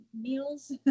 meals